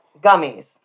gummies